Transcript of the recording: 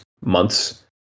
months